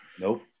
Nope